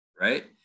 right